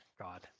God